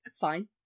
fine